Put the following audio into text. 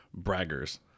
braggers